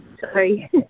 Sorry